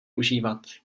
užívat